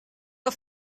auf